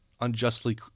unjustly